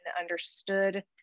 understood